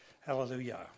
Hallelujah